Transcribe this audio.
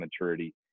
maturity